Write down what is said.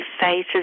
faces